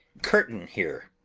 curtain here,